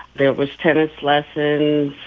there was tennis lesson.